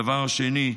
הדבר השני,